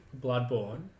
Bloodborne